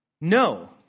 No